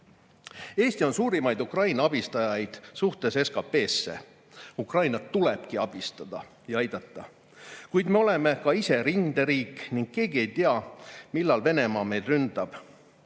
teha? Eesti on suurimaid Ukraina abistajaid, kui arvestada suhet SKT-sse. Ukrainat tulebki abistada ja aidata. Kuid me oleme ka ise rinderiik ning keegi ei tea, millal Venemaa meid ründab.